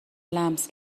لمس